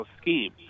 scheme